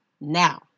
now